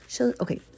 okay